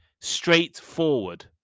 Straightforward